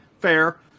fair